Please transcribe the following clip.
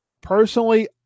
personally